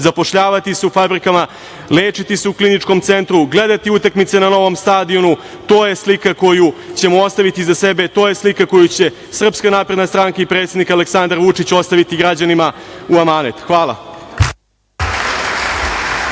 zapošljavati se u fabrikama, lečiti se u Kliničkom centru, gledati utakmice na novom stadionu. To je slika koju ćemo ostaviti iza sebe, to je slika koju će SNS i predsednik Aleksandar Vučić ostaviti građanima u amanet. Hvala.